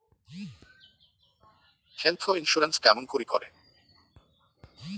Health insurance কেমন করি করে?